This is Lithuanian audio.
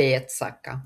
pėdsaką